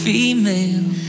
Female